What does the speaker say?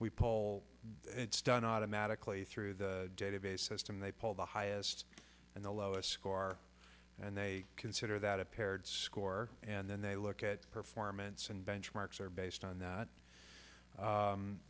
and it's done automatically through the database system they pull the highest and the lowest score and they consider that a paired score and then they look at performance and benchmarks are based on that